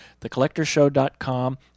thecollectorshow.com